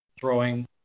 throwing